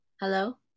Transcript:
Hello